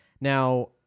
Now